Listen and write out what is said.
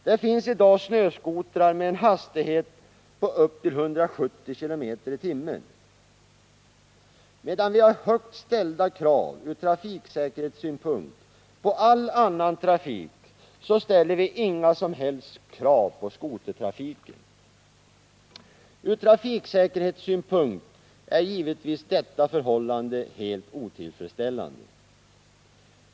Det finns i dag snöskotrar som klarar hastigheter på upp till 170 km/tim. Medan vi har högt ställda krav ur trafiksäkerhetssynpunkt på all annan trafik, så ställer vi inga som helst krav på skotertrafiken. Ur trafiksäkerhetssynpunkt är givetvis detta förhållande helt otillfredsställande.